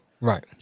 Right